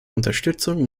unterstützung